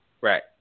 right